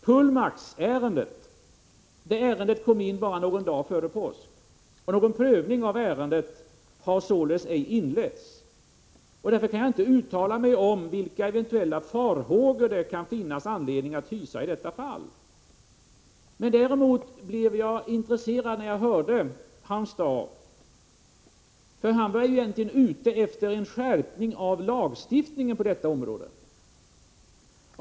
Pullmaxärendet kom in bara någon dag före påsk, och någon prövning av ärendet har således ej inletts. Därför kan jag inte uttala mig om vilka eventuella farhågor det kan finnas anledning att hysa i detta fall. Däremot blev jag intresserad när jag hörde att Hans Dau egentligen är ute efter en skärpning av lagstiftningen på detta område.